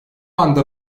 anda